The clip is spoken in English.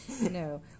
No